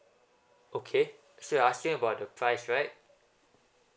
okay so you're asking about the price right